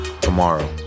Tomorrow